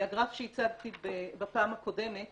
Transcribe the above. הגרף שהצגתי בפעם הקודמת